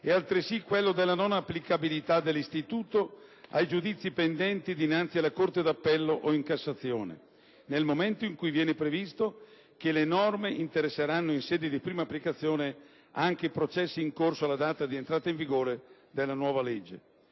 è altresì quello della non applicabilità dell'istituto ai giudizi pendenti dinanzi alla corte d'appello o in Cassazione nel momento in cui viene previsto che le norme interesseranno in sede di prima applicazione anche i processi in corso alla data di entrata in vigore della nuova legge.